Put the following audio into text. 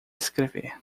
escrever